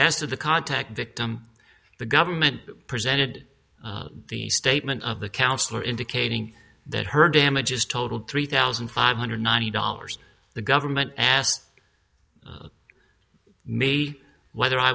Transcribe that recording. to the contact victim the government presented the statement of the counsellor indicating that her damages totaled three thousand five hundred ninety dollars the government asked maybe whether i